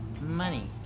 Money